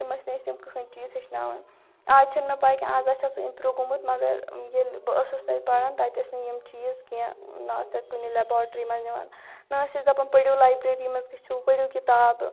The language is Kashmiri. تِم ٲسۍ نہٕ اَسہِ تِم کٕہٕنۍ چیٖز ہیٚچھناوان آز چھَنہٕ مےٚ پاے کینٛہہ آز آسہِ سُہ اِمپرٛوٗ گوٚمُت مگر ییٚلہِ بہٕ ٲسٕس تَتہِ پَران تَتہِ ٲسۍ نہٕ یِم چیٖز کینٛہہ نہ ٲس تَتہِ کُنہِ لیبارٹرٛی منٛز نِوان نہ ٲسۍ اَسہِ دَپَان پٔرِو لایبرٔری منٛز گٔژھیوٗ پٔرِو کِتاب